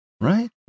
right